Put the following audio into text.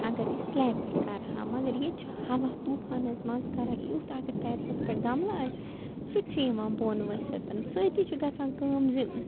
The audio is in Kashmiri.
اگر أسۍ سِلیپ پٮ۪ٹھ کَرٕہَو مگر ییٚتہِ چھِ ہوا طوٗفان حظ منٛز کران یُتھ اگر ٹیرسَس پٮ۪ٹھ گَملہٕ آسہِ سُہِ تہِ چھُ یِوان بوٚن ؤسِتھ سۭتی چھِ گژھان کٲم زِ